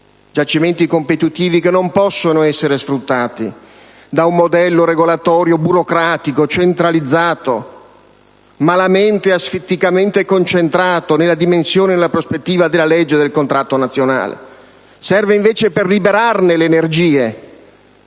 giacimenti competitivi che non possono essere sfruttati da un modello regolatorio burocratico, centralizzato, malamente e asfitticamente concentrato nella dimensione della prospettiva della legge del contratto nazionale. Serve invece per liberarne le energie.